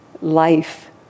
life